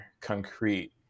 concrete